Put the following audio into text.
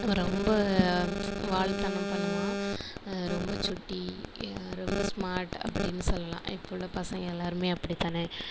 அவன் ரொம்ப வால்தனம் பண்ணுவான் ரொம்ப சுட்டி ரொம்ப ஸ்மார்ட் அப்படின்னு சொல்லலாம் இப்போ உள்ள பசங்க எல்லாருமே அப்டிதானே